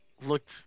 looked